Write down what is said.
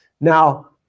Now